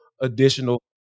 additional